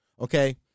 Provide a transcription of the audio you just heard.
okay